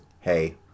hey